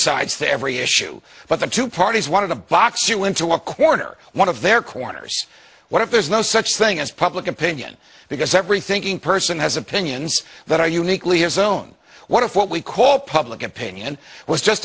sides to every issue but the two parties one of the locks you into a corner one of their corners what if there's no such thing as public opinion because every thinking person has opinions that are uniquely his own what if what we call public opinion was just